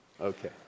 Okay